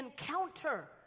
encounter